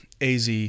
AZ